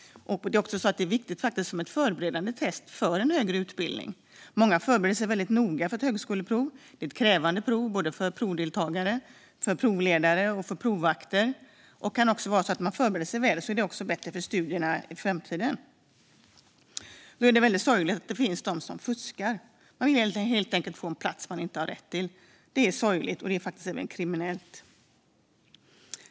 Det är också viktigt som ett förberedande test inför en högre utbildning. Många förbereder sig väldigt noga för ett högskoleprov. Det är ett krävande prov - för provdeltagare, för provledare och för provvakter. Förbereder man sig väl kan det också vara bättre för studierna i framtiden. Då är det väldigt sorgligt att det finns de som fuskar, som helt enkelt vill få en plats som de inte har rätt till. Det är sorgligt och faktiskt även kriminellt.